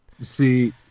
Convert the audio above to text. See